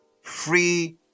Free